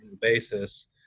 basis